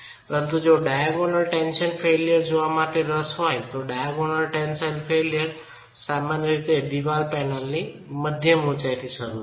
પરંતુ જો diagonal tensile failure જોવા માટે રસ હોય તો ડાયાગોનલ ટેન્સાઇલ ફેઇલ્યર સામાન્ય રીતે દિવાલ પેનલની મધ્ય ઉચાઈથી શરૂ થશે